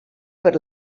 per